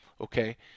okay